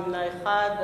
נמנע אחד,